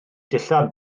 dillad